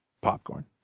popcorn